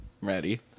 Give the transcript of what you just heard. Ready